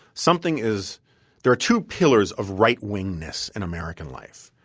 something is there are two pillars of right wingness in american life.